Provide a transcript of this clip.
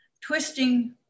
twisting